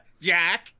Jack